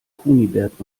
kunibert